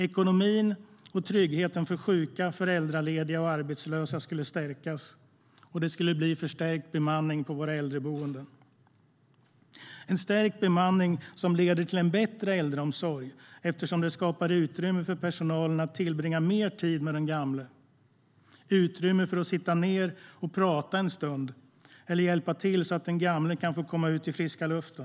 Ekonomin och tryggheten för sjuka, föräldralediga och arbetslösa skulle stärkas, och det skulle bli en förstärkt bemanning på våra äldreboenden. En stärkt bemanning leder till en bättre äldreomsorg, eftersom det skapar utrymme för personalen att tillbringa mer tid med den gamle och utrymme för att sitta ned och prata en stund eller hjälpa till så att den gamle kan få komma ut i friska luften.